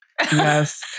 Yes